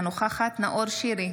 אינה נוכחת נאור שירי,